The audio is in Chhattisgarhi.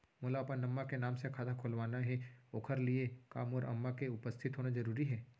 मोला अपन अम्मा के नाम से खाता खोलवाना हे ओखर लिए का मोर अम्मा के उपस्थित होना जरूरी हे?